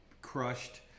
crushed